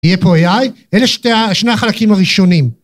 יהיה פה AI, אלה שני החלקים הראשונים.